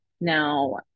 Now